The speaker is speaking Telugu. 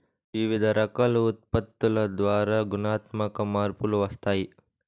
వివిధ రకాల ఉత్పత్తుల ద్వారా గుణాత్మక మార్పులు వస్తాయి